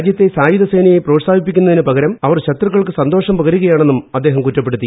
രാജ്യത്തെ സായുധ സേനയെ പ്രോത്സാഹിപ്പിക്കുന്നതിനു പകരം അവർ ശത്രുക്കൾക്ക് സന്തോഷം പകരുകയാണെന്നും അദ്ദേഹം കുറ്റപ്പെടുത്തി